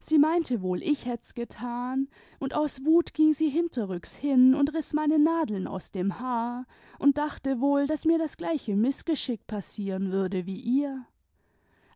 sie meinte wohl ich hätt's getan tmd aus wut ging sie hinterrücks hin tmd riß meine nadeln aus dem haar tmd dachte wohl daß mir das gleiche mißgeschick passieren würde wie ihr